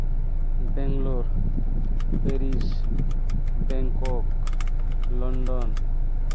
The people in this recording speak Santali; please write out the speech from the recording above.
Bangalore Paris Bangkok London